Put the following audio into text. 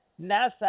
NASA